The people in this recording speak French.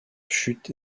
chute